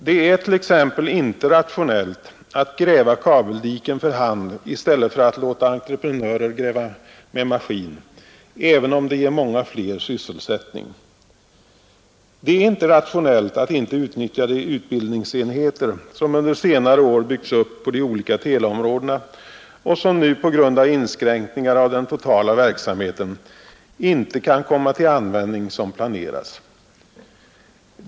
Det är t.ex. inte rationellt att gräva kabeldiken för hand i stället för att låta entreprenörer gräva med maskin, även om det ger många fler sysselsättning. Det är inte rationellt att inte utnyttja de utbildningsenheter som under senare år byggts upp på de olika teleområdena och som nu på grund av inskränkningar av den totala verksamheten inte kan komma till den användning som planerats.